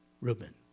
Reuben